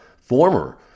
former